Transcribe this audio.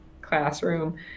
classroom